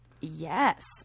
yes